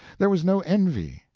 there was no envy,